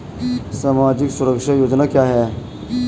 सामाजिक सुरक्षा योजना क्या है?